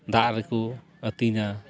ᱫᱟᱜ ᱨᱮᱠᱚ ᱟᱹᱛᱤᱧᱟ